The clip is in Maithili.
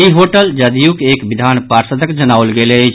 ई होटल जदयूक एक विधान पार्षदक जनाओल गेल अछि